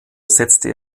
setzte